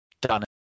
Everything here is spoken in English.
done